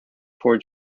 four